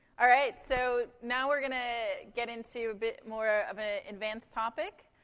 all right, so now we're gonna get into a bit more of an advanced topic,